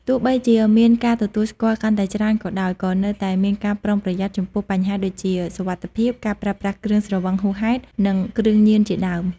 ទោះបីជាមានការទទួលស្គាល់កាន់តែច្រើនក៏ដោយ ក៏នៅតែមានការប្រុងប្រយ័ត្នចំពោះបញ្ហាដូចជា សុវត្ថិភាព ការប្រើប្រាស់គ្រឿងស្រវឹងហួសហេតុ និងគ្រឿងញៀនជាដើម ។